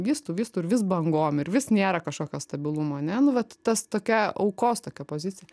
vystau vystau ir vis bangom ir vis nėra kažkokio stabilumo ane nu vat tas tokia aukos tokia pozicija